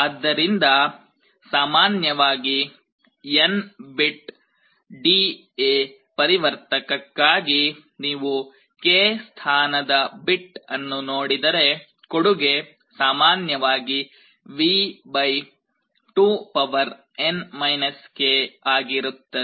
ಆದ್ದರಿಂದ ಸಾಮಾನ್ಯವಾಗಿ N bit D A ಪರಿವರ್ತಕಕ್ಕಾಗಿ ನೀವು k ಸ್ಥಾನದ ಬಿಟ್ ಅನ್ನು ನೋಡಿದರೆ ಕೊಡುಗೆ ಸಾಮಾನ್ಯವಾಗಿ V 2N k ಆಗಿರುತ್ತದೆ